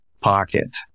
pocket